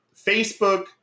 Facebook